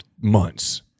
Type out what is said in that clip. months